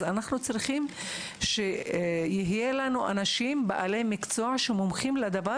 אנחנו צריכים שיהיו לנו אנשים בעלי מקצוע המומחים לדבר